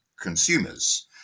consumers